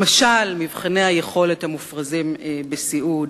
למשל, מבחני היכולת המופרזים בסיעוד.